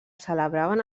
celebraven